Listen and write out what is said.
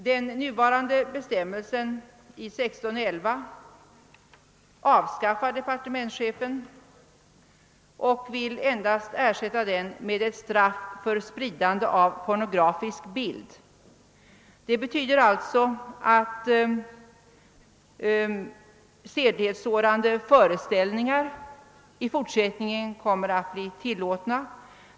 | Den nuvarande bestämmelsen i 16 kap. 11 § brottsbalken föreslår departementschefen skall avskaffas, och han önskar ersätta den med ett straff enbart för spridande av pornografisk bild. Det betyder alltså att sedlighetssårande föreställningar i fortsättningen kommer att bli tillåtna.